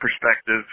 perspective